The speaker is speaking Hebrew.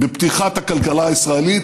בפתיחת הכלכלה הישראלית,